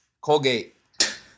Colgate